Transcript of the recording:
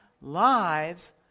lives